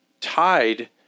tied